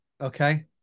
Okay